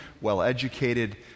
well-educated